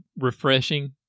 refreshing